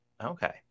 okay